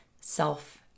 self